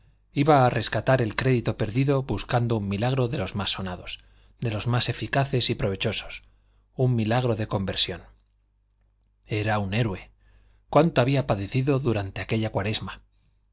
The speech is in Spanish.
iba a rescatar el crédito perdido buscando un milagro de los más sonados de los más eficaces y provechosos un milagro de conversión era un héroe cuánto había padecido durante aquella cuaresma